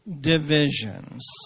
divisions